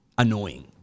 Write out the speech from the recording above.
Annoying